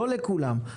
לא לכולם.